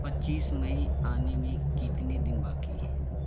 पच्चीस मई आने में कितने दिन बाकी हैं